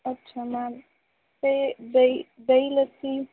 ਅੱਛਾ ਮੈਮ ਅਤੇ ਦਹੀਂ ਦਹੀਂ ਲੱਸੀ